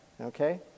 Okay